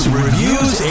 reviews